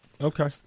Okay